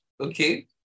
okay